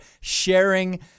sharing